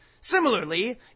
Similarly